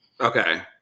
Okay